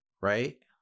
Right